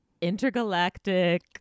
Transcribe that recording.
intergalactic